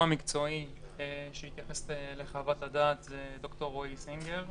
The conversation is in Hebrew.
המקצועי שיתייחס לחוות הדעת הוא ד"ר רועי סינגר,